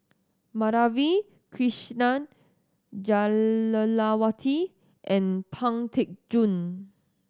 Madhavi Krishnan Jah Lelawati and Pang Teck Joon